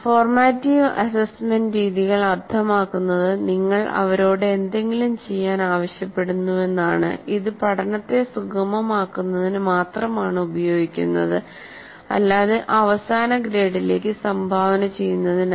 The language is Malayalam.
ഫോർമാറ്റീവ് അസസ്മെന്റ് രീതികൾ അർത്ഥമാക്കുന്നത് നിങ്ങൾ അവരോട് എന്തെങ്കിലും ചെയ്യാൻ ആവശ്യപ്പെടുന്നുവെന്നാണ് ഇത് പഠനത്തെ സുഗമമാക്കുന്നതിന് മാത്രമാണ് ഉപയോഗിക്കുന്നത് അല്ലാതെ അവസാന ഗ്രേഡിലേക്ക് സംഭാവന ചെയ്യുന്നതിനല്ല